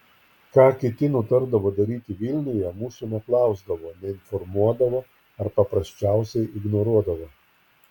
ką kiti nutardavo daryti vilniuje mūsų neklausdavo neinformuodavo ar paprasčiausiai ignoruodavo